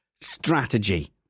strategy